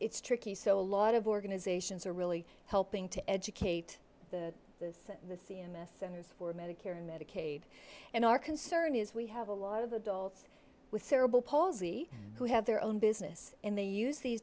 it's tricky so a lot of organizations are really helping to educate the this the c m s centers for medicare and medicaid and our concern is we have a lot of adults with cerebral palsy who have their own business and they use these